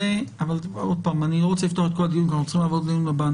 אני לא רוצה לפתוח את כל הדיון כי אנחנו צריכים לעבור לדיון הבא,